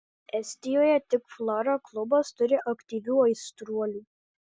estijoje tik flora klubas turi aktyvių aistruolių